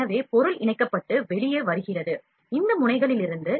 எனவே பொருள் இணைக்கப்பட்டு வெளியே வருகிறது இந்த முனைகளிலிருந்து